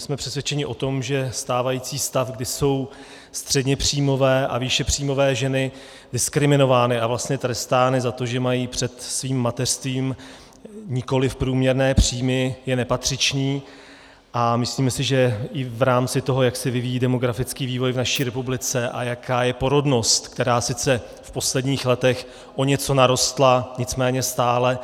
Jsme přesvědčeni o tom, že stávající stav, kdy jsou středněpříjmové a výšepříjmové ženy diskriminovány a vlastně trestány za to, že mají před svým mateřstvím nikoli průměrné příjmy, je nepatřičný a myslíme si, že i v rámci toho, jak se vyvíjí demografický vývoj v naší republice a jaká je porodnost, která sice v posledních letech o něco narostla, nicméně stále